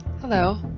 Hello